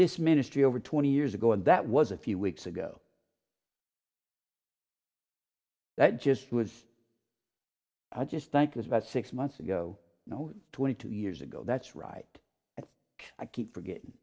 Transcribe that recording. this ministry over twenty years ago that was a few weeks ago that just was i just think this about six months ago no twenty two years ago that's right i keep forgetting